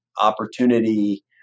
opportunity